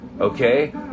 Okay